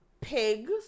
pigs